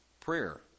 prayer